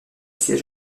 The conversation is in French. siège